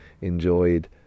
enjoyed